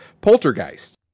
Poltergeist